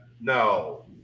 No